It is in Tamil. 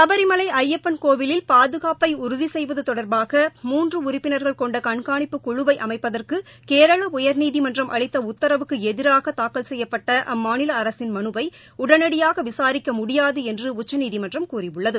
சபரிமலை ஐயப்பன் கோவிலில் பாதுகாப்பை உறுதி செய்வது தொடர்பாக மூன்று உறுப்பினர்கள் கொண்ட கண்காணிப்பு குழுவை அமைப்பதற்கு கேரள உயா்நீதிமன்றம் அளித்த உத்தரவுக்கு எதிராக தாக்கல் செய்யப்பட்ட அம்மாநில அரசின் மனுவை உடனடியாக விசாரிக்க முடியாது என்று உச்சநீதிமன்றம் கூறியுள்ளது